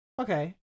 Okay